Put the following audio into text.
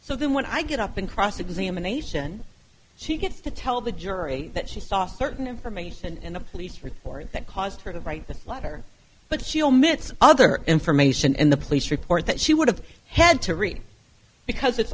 so then when i get up in cross examination she gets to tell the jury that she saw certain information in the police report that caused her to write the letter but she'll mit's other information in the police report that she would have had to read because it's